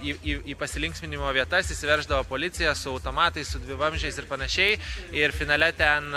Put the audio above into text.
į į į pasilinksminimo vietas įsiverždavo policija su automatais su dvivamzdžiais ir panašiai ir finale ten